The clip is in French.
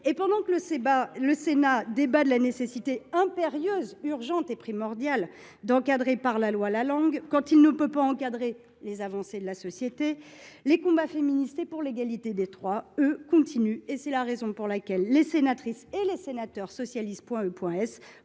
Pendant que le Sénat débat de la nécessité impérieuse, urgente et primordiale d’encadrer la langue par la loi – quand il ne peut encadrer les avancées de la société –, les combats féministes et pour l’égalité des droits, eux, continuent. C’est la raison pour laquelle les sénatrices et les sénateurs socialistes